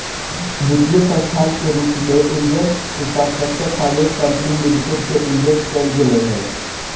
वित्तीय संस्था के रूप में Indian infrastructure finance company limited के उल्लेख कैल गेले हइ